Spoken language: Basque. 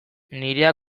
nirea